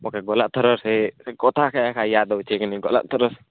ମୋତେ ଗଲାଥର ସେ ସେ କଥା କାଇଁ ୟାଦ୍ ହେଉଁଛେ କି ନାଇଁ ଗଲାଥର